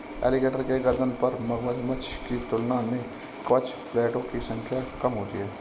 alligator के गर्दन पर मगरमच्छ की तुलना में कवच प्लेटो की संख्या कम होती है